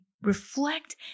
Reflect